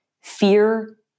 fear